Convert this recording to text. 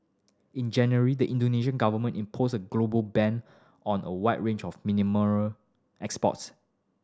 in January the Indonesian Government imposed a global ban on a wide range of mineral exports